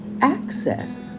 access